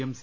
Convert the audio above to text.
M C